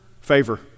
favor